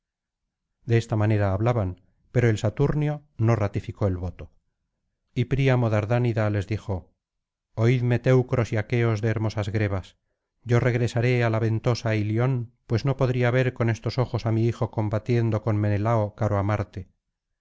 de esta manera hablaban pero el saturnio no ratificó el voto y príamo dardánida les dijo oídme teucros y aqueos de hermosas grebas yo regresaré á la ventosa ilion pues no podría ver con estos ojos á mi hijo combatiendo con menelao caro á marte